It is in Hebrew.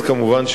כמובן,